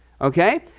okay